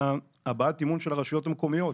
הוא הבעת האמון של הרשויות המקומיות.